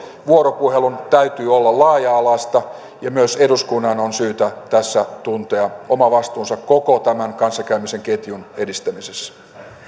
vuoropuhelun täytyy olla laaja alaista ja myös eduskunnan on syytä tässä tuntea oma vastuunsa koko tämän kanssakäymisen ketjun edistämisessä